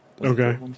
Okay